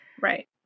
Right